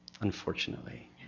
unfortunately